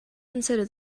consider